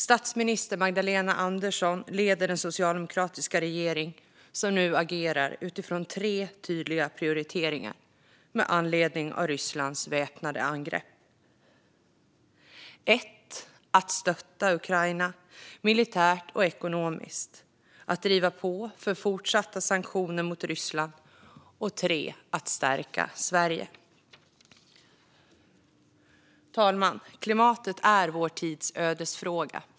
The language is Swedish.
Statsminister Magdalena Andersson leder den socialdemokratiska regering som nu agerar utifrån tre tydliga prioriteringar med anledning av Rysslands väpnade angrepp: att stötta Ukraina militärt och ekonomiskt att driva på för fortsatta sanktioner mot Ryssland att stärka Sverige. Herr talman! Klimatet är vår tids ödesfråga.